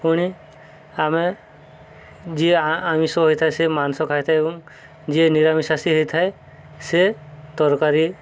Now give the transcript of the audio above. ପୁଣି ଆମେ ଯିଏ ଆମିଷ ହୋଇଥାଏ ସେ ମାଂସ ଖାଇଥାଏ ଏବଂ ଯିଏ ନିରାମିଷାଶୀ ହୋଇଥାଏ ସେ ତରକାରୀ